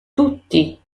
tutti